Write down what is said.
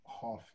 half